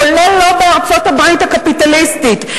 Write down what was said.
כולל לא בארצות-הברית הקפיטליסטית.